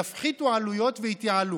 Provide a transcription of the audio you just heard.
יפחיתו עלויות ויתייעלו.